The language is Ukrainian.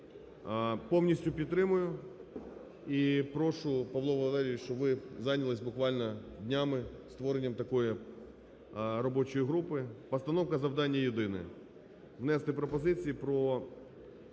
Повністю підтримую і прошу, Павло Валерійович, щоб ви зайнялися, буквально днями, створенням такої робочої групи. Постановка завдання єдина, внести пропозиції про